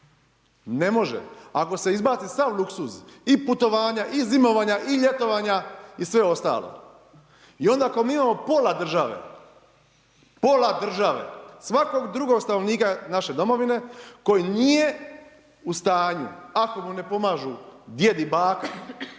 ne može. Ako se izbaci sav luksuz, i putovanja i zimovanja i ljetovanja i sve ostalo. I onda ako mi imamo pola države, pola države, svakog drugog stanovnika naše domovine koji nije u stanju, ako mu ne pomažu djed i baka,